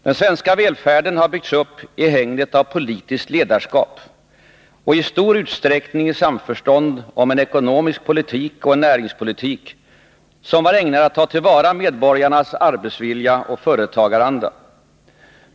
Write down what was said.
Den svenska välfärden har byggts upp i hägnet av politiskt ledarskap och i stor utsträckning i samförstånd om en ekonomisk politik och en näringspolitik som var ägnade att ta till vara medborgarnas arbetsvilja och företagaranda.